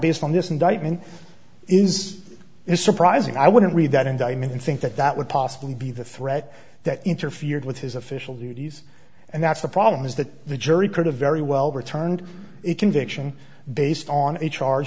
based on this indictment is is surprising i wouldn't read that indictment and think that that would possibly be the threat that interfered with his official duties and that's the problem is that the jury could have very well returned conviction based on a charge